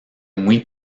muy